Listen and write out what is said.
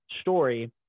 story